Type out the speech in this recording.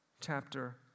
chapter